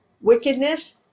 wickedness